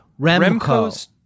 Remco